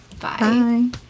Bye